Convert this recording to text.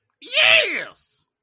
Yes